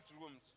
rooms